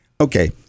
Okay